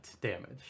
damage